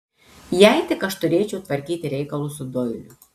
jei tik aš turėčiau tvarkyti reikalus su doiliu